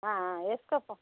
వేసుకో